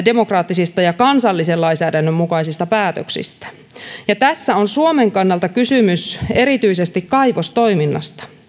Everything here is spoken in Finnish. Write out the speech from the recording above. demokraattisista ja kansallisen lainsäädännön mukaisista päätöksistä tässä on suomen kannalta kysymys erityisesti kaivostoiminnasta